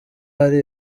hari